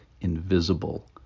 invisible